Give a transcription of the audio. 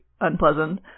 unpleasant